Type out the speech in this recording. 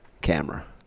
camera